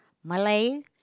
Malay